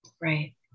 Right